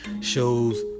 shows